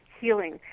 healing